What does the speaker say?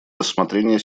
рассмотрения